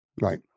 Right